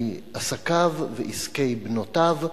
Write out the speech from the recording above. על אופי עסקיו ועסקי בנותיו,